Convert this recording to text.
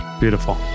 beautiful